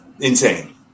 Insane